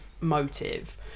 motive